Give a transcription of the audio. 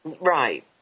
Right